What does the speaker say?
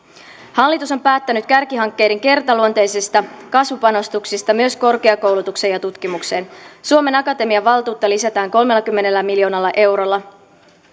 hallitus on päättänyt kärkihankkeiden kertaluonteisista kasvupanostuksista myös korkeakoulutukseen ja tutkimukseen suomen akatemian valtuutta lisätään kolmellakymmenellä miljoonalla eurolla